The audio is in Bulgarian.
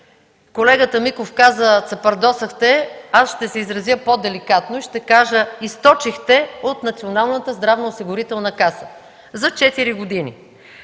колегата Миков каза „цапардосахте”, но аз ще се изразя по-деликатно и ще кажа – източихте от Националната здравноосигурителна каса за 4 години: